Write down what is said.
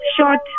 short